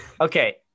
Okay